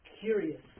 Curious